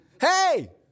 hey